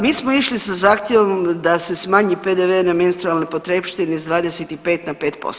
Mi smo išli sa zahtjevom da se smanji PDV na menstrualne potrepštine s 25 na 5%